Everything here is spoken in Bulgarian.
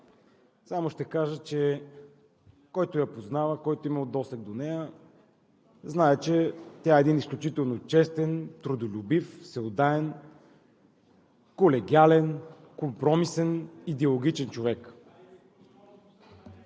Само ще кажа, че който я познава и който е имал досег до нея, знае, че тя е един изключително честен, трудолюбив, всеотдаен, колегиален, компромисен и диалогичен човек.